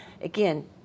again